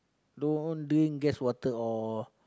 don't drink gas water or